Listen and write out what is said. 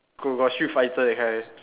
go~ got street fighter that kind